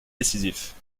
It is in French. décisifs